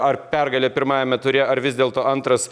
ar pergalė pirmajame ture ar vis dėlto antras